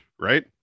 right